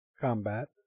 combat